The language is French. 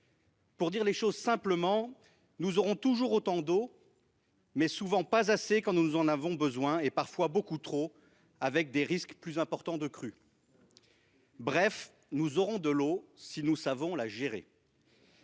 Pour dire les choses simplement, nous aurons toujours autant d'eau, mais nous n'en aurons souvent pas assez quand nous en aurons besoin et nous en aurons parfois beaucoup trop, avec des risques plus importants de crues. Bref, nous aurons de l'eau si nous savons la gérer.